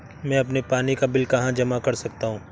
मैं अपने पानी का बिल कहाँ जमा कर सकता हूँ?